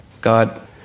God